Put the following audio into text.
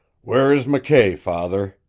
where is mckay, father?